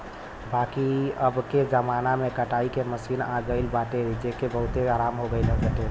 बाकी अबके जमाना में कटाई के मशीन आई गईल बाटे जेसे बहुते आराम हो गईल बाटे